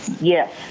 Yes